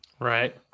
Right